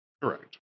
Correct